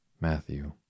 Matthew